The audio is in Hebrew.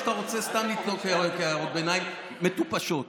כל מי שהיה במשא ומתן, ואני אגיד לך